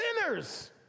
Sinners